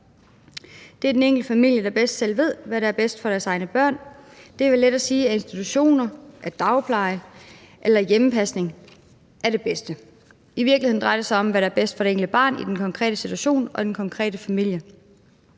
Det er den enkelte familie, der bedst selv ved, hvad der er bedst for deres egne børn. Det er vel let at sige, at institutioner, dagpleje eller hjemmepasning er det bedste. I virkeligheden drejer det sig om, hvad der er bedst for det enkelte barn i den konkrete situation og i den konkrete familie.